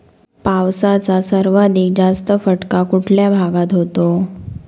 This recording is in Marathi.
पावसाचा सर्वाधिक जास्त फटका कुठल्या भागात होतो?